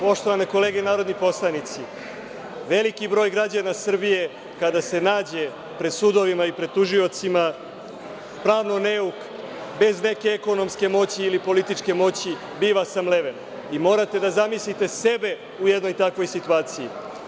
Poštovane kolege narodni poslanici, veliki broj građana Srbije kada se nađe pred sudovima i pred tužiocima pravno neuk, bez neke ekonomske moći ili političke moći biva samleven i morate da zamislite sebe u jednoj takvoj situaciji.